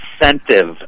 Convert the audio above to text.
incentive